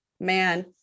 Man